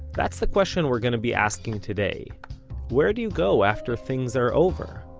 that's the question we're gonna be asking today where do you go after things are over?